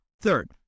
Third